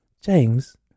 james